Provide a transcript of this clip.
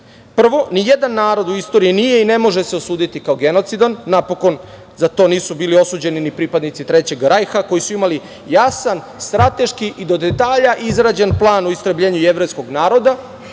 veze. Prvo, nijedan narod u istoriji nije i ne može se osuditi kao genocidan. Napokon, za to nisu bili osuđeni ni pripadnici Trećeg rajha koji su imali jasan strateški i do detalja izrađen plan o istrebljenju jevrejskog naroda,